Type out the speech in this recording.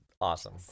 awesome